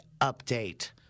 Update